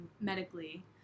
medically